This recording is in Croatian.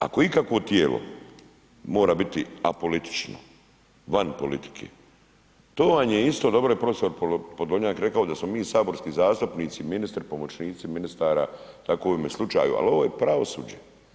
Ako ikakvo tijelo mora biti apolitično, van politike, to vam je isto, dobro je prof. Podolnjak rekao da smo mi saborski zastupnici, ministri, pomoćnici ministara, tako je u ovome slučaju, ali ovo je pravosuđe.